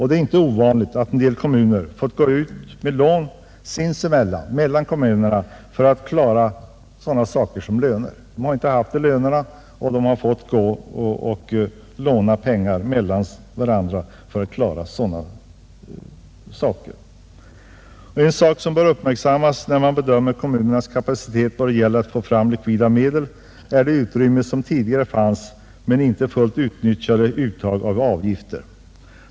Det är inte ovanligt att en del kommuner fått ta upp lån sinsemellan för att klara sådana saker som löner. De har inte haft medel till lönerna, utan har fått låna pengar av varandra för att betala dem. En sak som bör uppmärksammas när vi bedömer kommunernas kapacitet då det gäller att få fram likvida medel är det utrymme som tidigare fanns genom en icke fullt utnyttjad möjlighet till uttag av avgifter.